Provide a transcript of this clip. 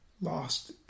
lost